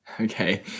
okay